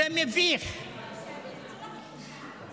חבר הכנסת טיבי.